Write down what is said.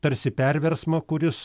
tarsi perversmą kuris